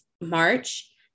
March